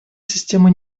система